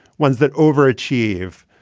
ones that overachieve,